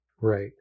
Right